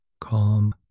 Calm